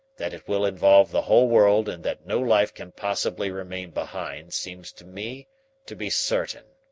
that it will involve the whole world and that no life can possibly remain behind seems to me to be certain,